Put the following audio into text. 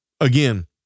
again